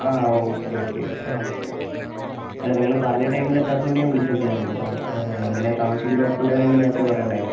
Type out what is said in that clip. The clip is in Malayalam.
ആ ആഹ് ഓക്കെ ഓക്കെ ആഹ് അല്ല നിങ്ങൾ പറഞ്ഞ ടൈമില് എത്താത്തതുകൊണ്ട് ഞാൻ വിളിച്ചു നോക്കിയതാണ് ഇതിപ്പോൾ ഇങ്ങനെ താമസിക്കുമെന്ന് ഉറപ്പുണ്ടായിരുന്നെങ്കിൽ നേരത്തെ പറയേണ്ടതായിരുന്നു